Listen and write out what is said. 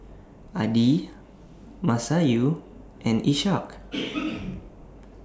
Adi Masayu and Ishak